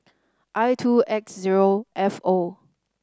I two X zero F O